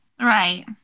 Right